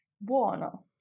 buono